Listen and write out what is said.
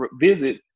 visit